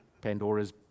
Pandora's